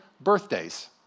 Birthdays